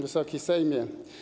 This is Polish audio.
Wysoki Sejmie!